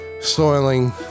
soiling